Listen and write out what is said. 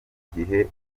gihe